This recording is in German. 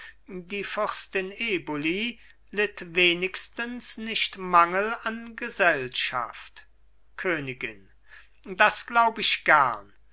die fürstin eboli litt wenigstens nicht mangel an gesellschaft königin das glaub ich gern